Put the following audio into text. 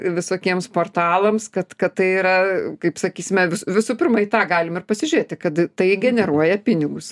visokiems portalams kad kad tai yra kaip sakysime vi visų pirma į tą galim ir pasižiūrėti kad tai generuoja pinigus